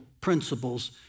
principles